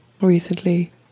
recently